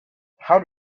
how